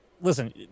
listen